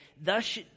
Thus